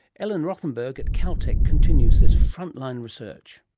ellen rothenberg at caltech continues this frontline research.